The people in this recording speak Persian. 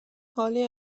حالی